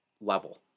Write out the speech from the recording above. level